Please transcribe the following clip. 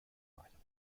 variantes